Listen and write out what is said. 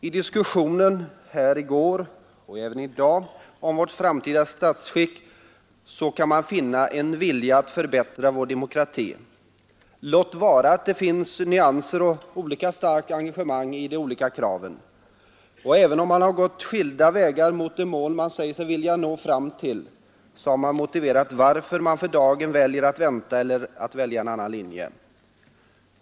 I diskussionen här i går och även i dag om vårt framtida statsskick har man kunnat finna en vilja att förbättra vår demokrati, låt vara att det finns nyanser och olika starkt engagemang i kraven. Även om man har gått skilda vägar mot det mål man säger sig vilja nå fram till, har man motiverat varför man för dagen vill vänta eller välja en annan linje.